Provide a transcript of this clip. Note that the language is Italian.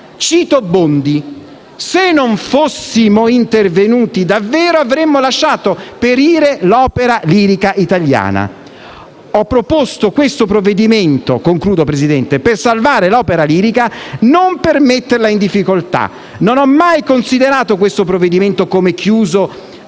Cito Bondi: «Se non fossimo intervenuti, davvero avremmo lasciato perire l'opera lirica in questo Paese. Ho proposto questo provvedimento per salvare l'opera lirica, non per metterla in difficoltà. Non ho mai considerato questo provvedimento come chiuso